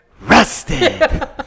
Rusted